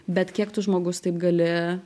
bet kiek tu žmogus taip gali